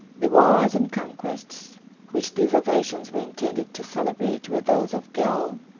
the wars and conquests which these ovations were intended to celebrate were those of gaul,